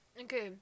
Okay